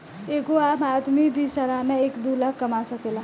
एगो आम आदमी भी सालाना एक दू लाख कमा सकेला